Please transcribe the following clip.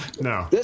No